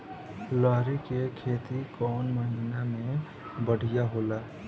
लहरी के खेती कौन महीना में बढ़िया होला?